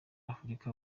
afurika